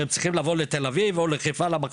שהם צריכים לבוא לתל אביב או לחיפה למכון,